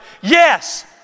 yes